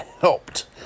helped